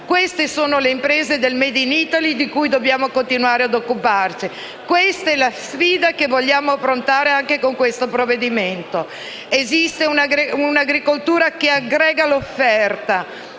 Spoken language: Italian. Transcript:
Queste sono le imprese del *made in Italy* di cui dobbiamo continuare ad occuparci. Questa è la sfida che vogliamo affrontare anche con questo provvedimento. Esiste un'agricoltura che aggrega l'offerta,